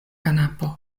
kanapo